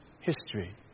history